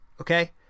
okay